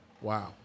Wow